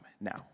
now